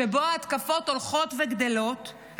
שבו ההתקפות הולכות וגדלות,